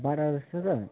बाह्रवटा जस्तो छ